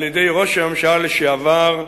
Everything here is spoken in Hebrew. על-ידי ראש הממשלה לשעבר,